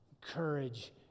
courage